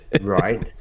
Right